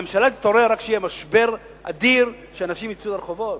הממשלה תתעורר רק כשיהיה משבר אדיר ואנשים יצאו לרחובות?